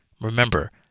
remember